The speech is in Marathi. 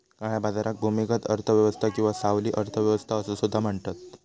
काळ्या बाजाराक भूमिगत अर्थ व्यवस्था किंवा सावली अर्थ व्यवस्था असो सुद्धा म्हणतत